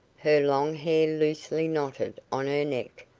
her long hair loosely knotted on her neck,